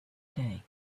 day